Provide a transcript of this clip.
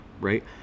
right